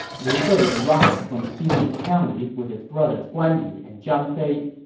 liu bei arrived from xinye county with his brothers guan yu and zhang fei